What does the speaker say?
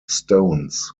stones